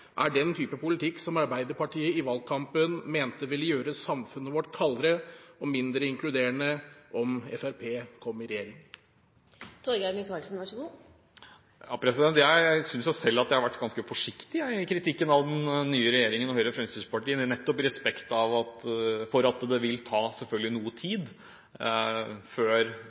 er den type politikk som Arbeiderpartiet i valgkampen mente ville gjøre samfunnet vårt kaldere og mindre inkluderende – om Fremskrittspartiet kom i regjering? Jeg synes jo selv at jeg har vært ganske forsiktig i kritikken av den nye regjeringen og Høyre og Fremskrittspartiet, nettopp av respekt for at det selvfølgelig vil ta noe tid før